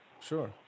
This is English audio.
sure